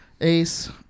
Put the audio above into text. Ace